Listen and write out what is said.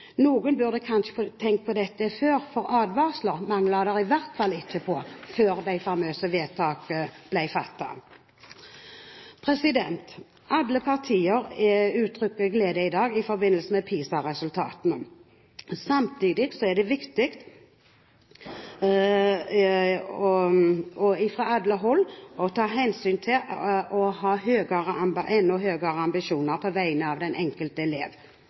Noen burde kanskje tenkt på dette før, for det manglet i hvert fall ikke på advarsler før det famøse vedtaket ble fattet. Alle partier har uttrykt glede i dag i forbindelse med PISA-resultatene. Samtidig er det viktig fra alle hold å ha enda høyere ambisjoner på vegne av den enkelte elev.